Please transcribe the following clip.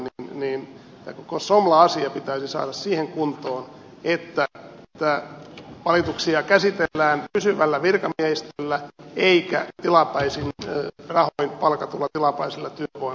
tämä koko somla asia pitäisi saada siihen kuntoon että valituksia käsitellään pysyvällä virkamiehistöllä eikä tilapäisin rahoin palkatulla tilapäisellä työvoimalla